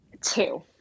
two